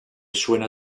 suena